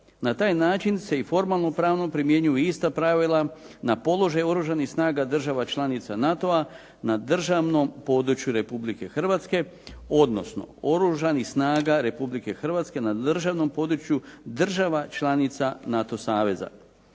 Na taj način se i formalno pravno primjenjuju ista pravila na položaj oružanih snaga država članica NATO-a, na državnom području Republike Hrvatske, odnosno oružanih snaga Republike Hrvatske na državnom području država članica NATO saveza.